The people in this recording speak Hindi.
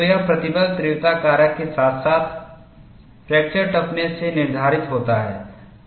तो यह प्रतिबल तीव्रता कारक के साथ साथ फ्रैक्चर टफनेस से निर्धारित होता है